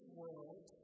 world